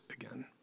again